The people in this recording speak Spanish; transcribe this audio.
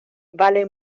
vale